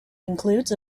includes